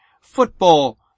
football